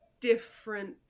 different